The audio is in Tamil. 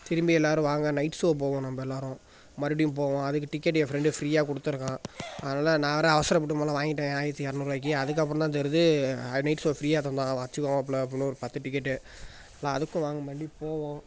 திரும்பி எல்லோரும் வாங்க நைட் ஸோ போவோம் நம்ப எல்லோரும் மறுபடியும் போவோம் அதுக்கு டிக்கெட்டு என் ஃப்ரெண்டு ஃப்ரீயாக கொடுத்துருக்கான் அதனால் நான் வேறு அவசரப்பட்டு மொதலில் வாங்கிட்டேன் ஆயிரத்தி இரநூறுவாய்க்கி அதுக்கப்புறம் தான் தெரியுது நைட் ஸோ ஃப்ரீயாக தந்தான் வச்சுக்கோ மாப்பிள்ள அப்படின்னு ஒரு பத்து டிக்கெட்டு எல்லாம் அதுக்கும் வாங்க மறுபடி போவோம்